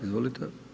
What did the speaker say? Izvolite.